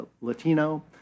Latino